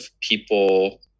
people